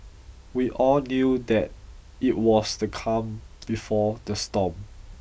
we all knew that it was the calm before the storm